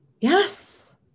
Yes